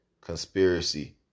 conspiracy